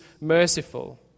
merciful